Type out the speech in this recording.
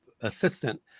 assistant